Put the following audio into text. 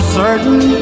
certain